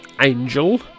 Angel